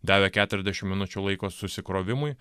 davė keturiasdešimt minučių laiko susikrovimui